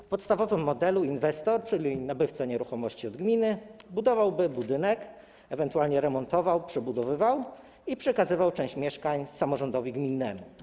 W podstawowym modelu inwestor, czyli nabywca nieruchomości od gminy, budowałby budynek, ewentualnie remontował, przebudowywał i przekazywał część mieszkań samorządowi gminnemu.